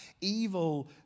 evil